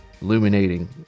illuminating